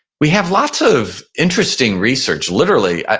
we have lots of interesting research. literally,